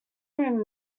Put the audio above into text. room